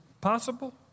possible